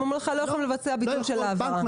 ואומרים לך שלא יכולים לבצע ביטול של ההעברה.